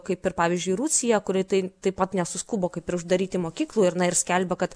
kaip ir pavyzdžiui rusija kuri tai taip pat nesuskubo kaip ir uždaryti mokyklų ir na ir skelbia kad